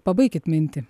pabaikit mintį